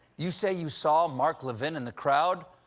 you say you saw mark levin in the crowd?